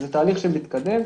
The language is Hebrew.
זה תהליך שמתקדם.